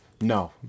no